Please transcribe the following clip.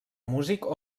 músic